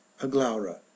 aglaura